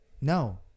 no